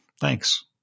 Thanks